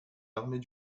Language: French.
armées